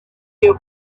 feel